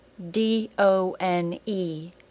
D-O-N-E